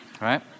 Right